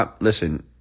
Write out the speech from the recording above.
Listen